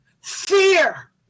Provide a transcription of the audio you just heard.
fear